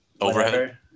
overhead